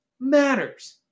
Matters